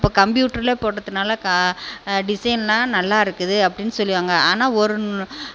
இப்போ கம்ப்யூட்டரில் போட்டதுனால க டிஸைனெலாம் நல்லா இருக்குது அப்படின்னு சொல்லுவாங்க ஆனால் ஒரு